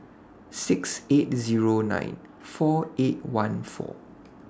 six eight Zero nine four eight one four